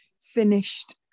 finished